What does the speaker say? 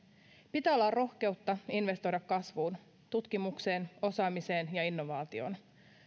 pitää olla rohkeutta investoida kasvuun tutkimukseen osaamiseen ja innovaatioon